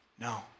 No